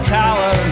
tower